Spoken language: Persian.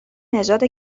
نژاد